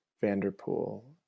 vanderpool